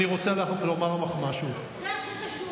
זה הכי חשוב,